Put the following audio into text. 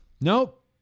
Nope